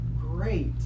great